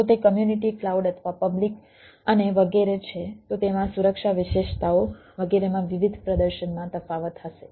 જો તે community cloud અથવા પબ્લિક અને વગેરે છે તો તેમાં સુરક્ષા વિશેષતાઓ વગેરેમાં વિવિધ પ્રદર્શનમાં તફાવત હશે